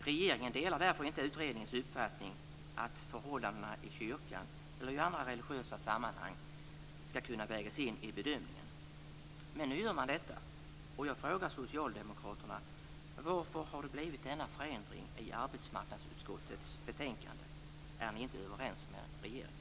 Regeringen delar därför inte utredningens uppfattning att förhållandena i Kyrkan eller i andra religiösa sammanhang skall kunna vägas in i bedömningen men nu gör man detta. Jag frågar socialdemokraterna: Varför har det blivit denna förändring i arbetsmarknadsutskottets betänkande? Är ni inte överens med regeringen?